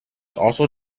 also